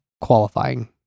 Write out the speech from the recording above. qualifying